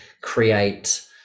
create